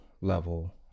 level